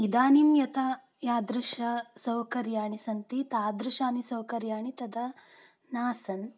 इदानीं यथा यादृशानि सौकर्याणि सन्ति तादृशानि सौकर्याणि तथा नासन्